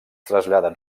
traslladen